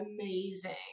amazing